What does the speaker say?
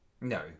No